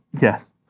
Yes